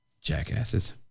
Jackasses